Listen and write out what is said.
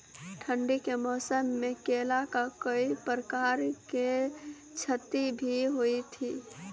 ठंडी के मौसम मे केला का कोई प्रकार के क्षति भी हुई थी?